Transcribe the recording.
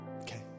okay